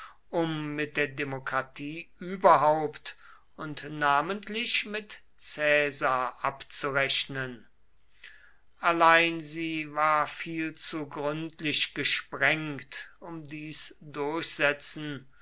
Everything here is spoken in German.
um mit der demokratie überhaupt und namentlich mit caesar abzurechnen allein sie war viel zu gründlich gesprengt um dies durchsetzen